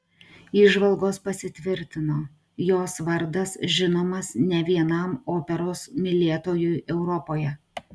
įžvalgos pasitvirtino jos vardas žinomas ne vienam operos mylėtojui europoje